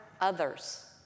others